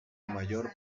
mayor